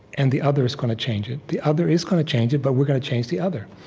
and the other is going to change it. the other is going to change it, but we're going to change the other.